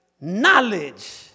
knowledge